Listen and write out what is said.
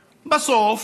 בסוף,